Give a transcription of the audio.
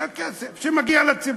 זה הכסף שמגיע לציבור.